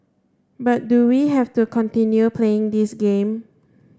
but do we have to continue playing this game